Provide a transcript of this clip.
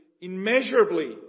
immeasurably